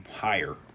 higher